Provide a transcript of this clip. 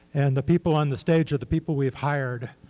and the people on the stage are the people we've hired